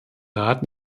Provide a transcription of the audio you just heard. rat